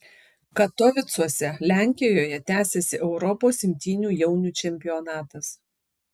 katovicuose lenkijoje tęsiasi europos imtynių jaunių čempionatas